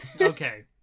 Okay